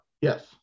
Yes